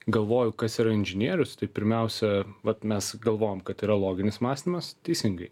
galvoju kas yra inžinierius tai pirmiausia vat mes galvojam kad yra loginis mąstymas teisingai